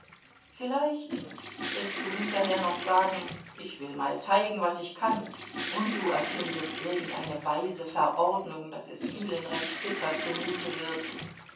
vielleicht wirst du hinterher noch sagen ich will mal zeigen was ich kann und du erfindest irgendeine weise verordnung daß es vielen recht bitter zumute wird